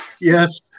Yes